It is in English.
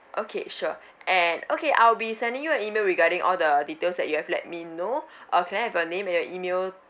okay sure and okay I'll be sending you an email regarding all the details that you have let me know uh can I have your name and your email